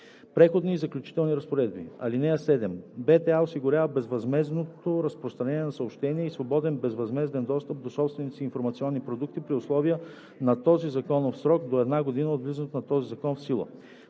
Преходни и заключителни разпоредби § 7. Българската телеграфна агенция осигурява безвъзмездното разпространение на съобщения и свободен безвъзмезден достъп до собствените си информационни продукти при условията на този закон в срок до една година от влизането на този закон в сила.